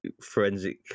forensic